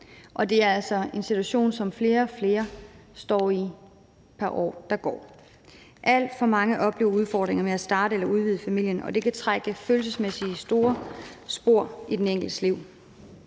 altså en situation, som flere og flere står i for hvert år, der går. Alt for mange oplever udfordringer med at starte eller udvide familien, og det kan trække følelsesmæssigt store spor i den enkeltes liv.